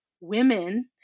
women